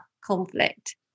conflict